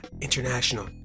International